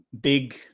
big